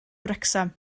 wrecsam